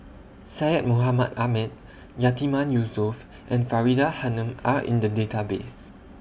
Syed Mohamed Ahmed Yatiman Yusof and Faridah Hanum Are in The Database